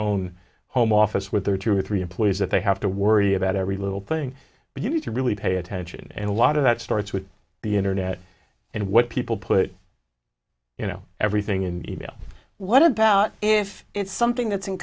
own home office with their two or three employees that they have to worry about every little thing but you need to really pay attention and a lot of that starts with the internet and what people put you know everything and you know what about if it's something that's in